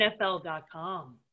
NFL.com